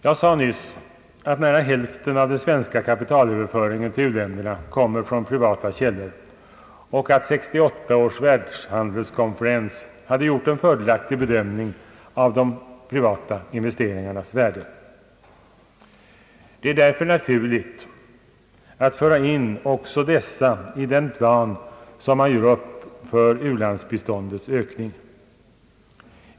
Jag sade nyss att nära hälften av den svenska kapitalöverföringen till u-länder kommer från privata källor och att 1968 års världshandelskonferens hade gjort en fördelaktig bedömning av de privata investeringarnas värde. Det är därför naturligt att föra in också dessa i den plan som man gör upp för u-landsbiståndets ökning.